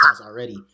already